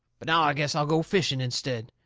but now i guess i'll go fishing instead.